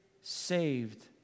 saved